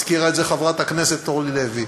הזכירה את זה חברת הכנסת אורלי לוי.